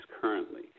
currently